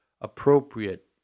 appropriate